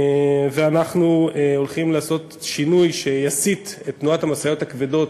אנחנו הולכים לעשות שינוי שיסיט את תנועת המשאיות הכבדות